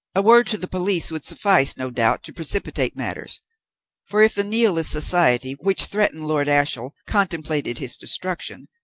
a word to the police would suffice, no doubt, to precipitate matters for, if the nihilist society which threatened lord ashiel contemplated his destruction,